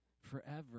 forever